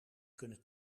kunnen